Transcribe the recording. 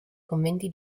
conventi